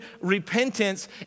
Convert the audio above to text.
repentance